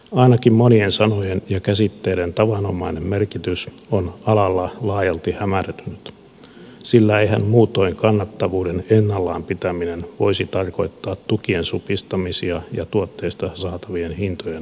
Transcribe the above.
ainakin monien sanojen ja käsitteiden tavanomainen merkitys on alalla laajalti hämärtynyt sillä eihän muutoin kannattavuuden ennallaan pitäminen voisi tarkoittaa tukien supistamisia ja tuotteista saatavien hintojen huomattavaa laskua